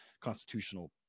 constitutional